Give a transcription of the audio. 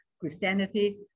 Christianity